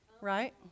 Right